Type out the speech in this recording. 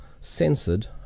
censored